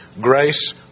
grace